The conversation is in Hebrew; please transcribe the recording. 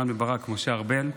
רם בן ברק ומשה ארבל.